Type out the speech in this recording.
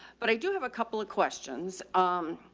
but i do have a couple of questions. um,